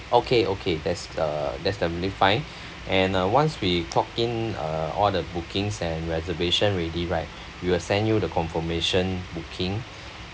okay okay that's the that's absolutely fine and uh once we lock in uh all the bookings and reservation ready right we'll send you the confirmation booking